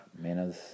manners